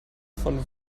von